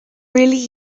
really